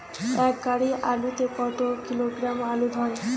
এক গাড়ি আলু তে কত কিলোগ্রাম আলু ধরে?